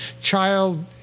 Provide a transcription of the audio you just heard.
child